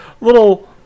little